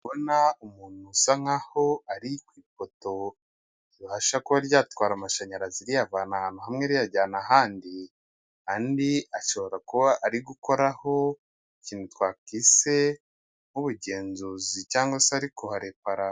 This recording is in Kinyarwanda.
Urabona umuntu usa nk'aho ari ku ipoto ribasha kuba ryatwara amashanyarazi riyavana ahantu hamwe riyajyana ahandi, andi ashobora kuba ari gukoraho ikintu twakise nk'ubugenzuzi cyangwa se ari kuharepara.